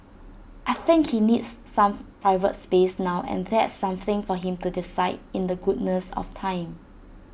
I think he needs some private space now and that's something for him to decide in the goodness of time